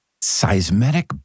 seismic